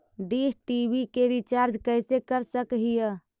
Dish TV के recharge कैसे कर सक हिय?